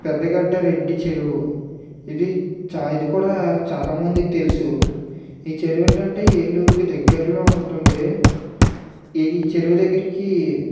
పెద్ద గడ్డ రెడ్డి చెరువు ఇది చా ఇది కూడా చాలా మందికి తెలుసు ఈ చెరువు ఏంటంటే ఏలూరుకి దగ్గరలో ఉంటుంది ఈ చెరువు దగ్గరికి